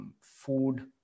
food